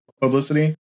publicity